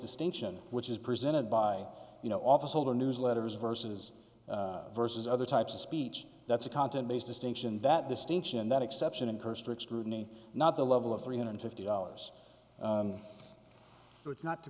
distinction which is presented by you know officeholder newsletters versus versus other types of speech that's a content based distinction that distinction that exception incur strict scrutiny not the level of three hundred fifty dollars so it's not to